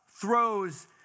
throws